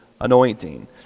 anointing